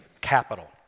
capital